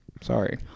Sorry